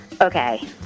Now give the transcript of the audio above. Okay